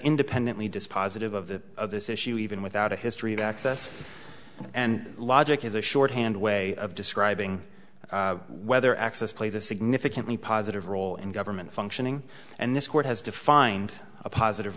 independently dispositive of the of this issue even without a history of access and logic is a shorthand way of describing whether access plays a significantly positive role in government functioning and this court has defined a positive